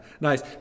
Nice